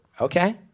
Okay